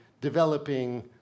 developing